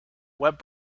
web